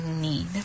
need